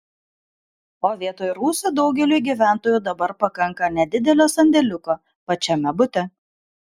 o vietoj rūsio daugeliui gyventojų dabar pakanka nedidelio sandėliuko pačiame bute